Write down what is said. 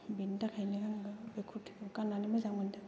बेनि थाखायनो आङो बे कुर्तिखौ गान्नानै मोजां मोनदों